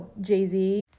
Jay-Z